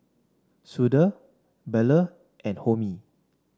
Sudhir Bellur and Homi